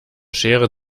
schere